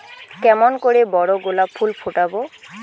কেমন করে বড় গোলাপ ফুল ফোটাব?